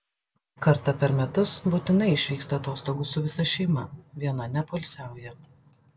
kartą per metus būtinai išvyksta atostogų su visa šeima viena nepoilsiauja